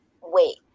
wait